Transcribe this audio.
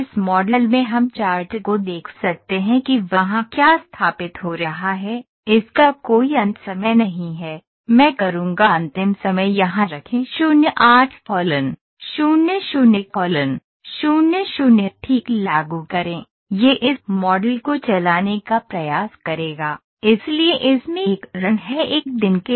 इस मॉडल में हम चार्ट को देख सकते हैं कि वहां क्या स्थापित हो रहा है इसका कोई अंत समय नहीं है मैं करूंगा अंतिम समय यहां रखें 0 8 0 0 0 0 ठीक लागू करें यह इस मॉडल को चलाने का प्रयास करेगा इसलिए इसमें एक रन है 1 दिन के लिए